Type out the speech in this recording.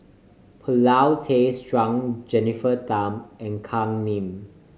Paulin Tay Straughan Jennifer Tham and Kam Ning